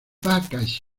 vacas